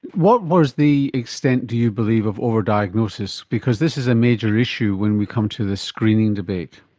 what was the extent, do you believe, of over-diagnosis? because this is a major issue when we come to the screening debate.